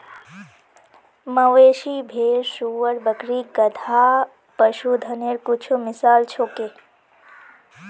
मवेशी, भेड़, सूअर, बकरी, घोड़ा, गधा, पशुधनेर कुछु मिसाल छीको